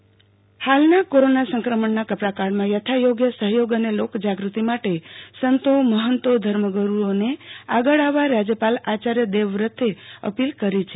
રાજયપાલ આચાર્ય દેવવત હાલના કોરોના સંક્રમણના કપરાકાળમાં યથાયોગ્ય સહયોગ અને લોકજાગતિ માટ સતો મહંતો ધર્મગુરૃઓને આગળ આવવા રાજયપાલ આચાર્ય દેવવ્રતે અપીલ કરી છે